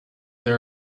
they